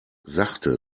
sachte